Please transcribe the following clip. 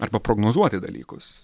arba prognozuoti dalykus